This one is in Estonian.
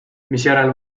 misjärel